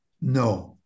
no